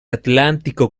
atlántico